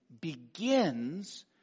begins